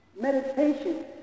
Meditation